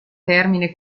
termine